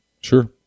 Sure